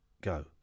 go